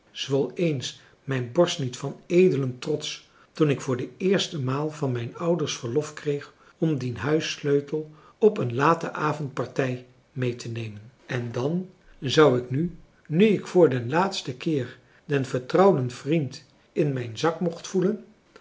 zwol eens mijn borst niet van edelen trots toen ik voor de eerste maal van mijn ouders verlof kreeg om dien huissleutel op een late avondpartij mee te nemen en dan zou ik nu nu ik voor den laatsten keer den vertrouwden vriend in mijn zak mocht voelen